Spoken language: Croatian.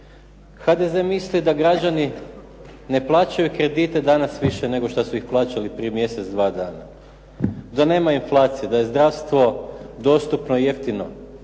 HDZ misli da građani ne plaćaju krediti danas više nego što su ih plaćali prije mjesec, dva dana, da nema inflacije, da je zdravstvo dostupno i jeftino.